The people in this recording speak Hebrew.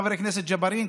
חבר הכנסת ג'בארין,